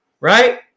right